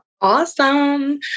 Awesome